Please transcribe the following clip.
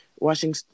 Watching